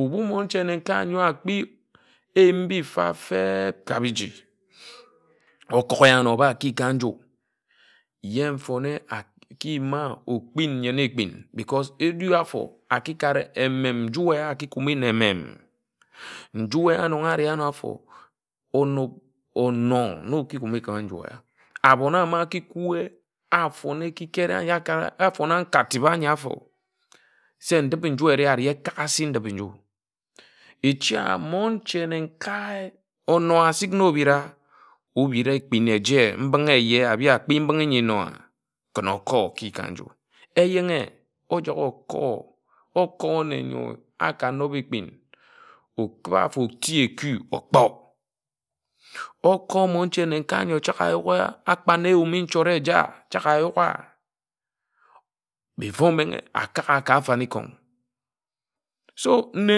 Ebu monche nne-nkae n̄yo akpi eyim bi mfa feb. ka biji okōk áno ye āno óba ki ka nju ye nfone aki yim a okpin̄ nyen ekpin because edu áfor aki kare emem nju ēyā aki kumi na emem. Nju éyā nnon areh ano āfor onor na oki kumi ka nju éya. Abon ama aki kwē afon a ekikere akare a fona nga ti ba ńyi áfor se ndip-i-nju ereh ari ekāk asi ndip-i-nju. Echi amonche nne-nkae onor asik na obira obira ekpin éje mbinghe eye abi akpi mbinghi nyi nno a ken okor oki ka nju eyenghe ojok afor oti eku okpó. okor monche nne-nkae ńyo ayugha akpan eyumi nchort eja chak ayugha before omenghe okagha ka afanikon̄. so nne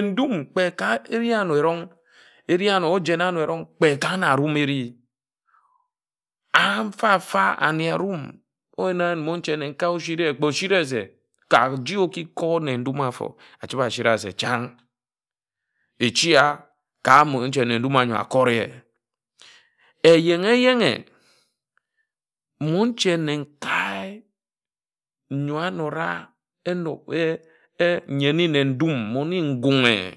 ndum kpe ka na arum eri a mfa-mfa ane arum oyana monche ńyo nne-nkae oshire kpe oshire se ka. ji oki kor nne ndum afor achiba ashira se chan. Echi a ka monche nne ndum ndum nyo okord ye. Eyenghe eyenghe monche nne-nkae nyo anód a enobe nyene nne ndum ndum mmone ngunghe.